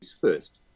first